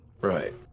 Right